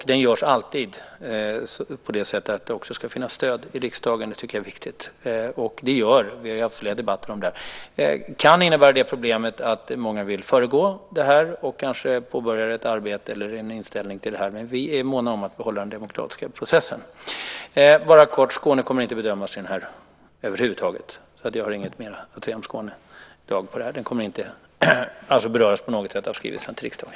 Den görs alltid så att det ska finnas stöd i riksdagen. Det är viktigt. Vi har haft flera debatter om det här. Det kan innebära att många vill föregå beslutet och kanske påbörjar ett arbete eller en inställning till frågan. Men vi är måna om att behålla den demokratiska processen. Bara kort: Skåne kommer inte att bedömas här över huvud taget. Jag har inget mera att säga om Skåne i dag. Den frågan kommer inte att på något sätt beröras av skrivelsen till riksdagen.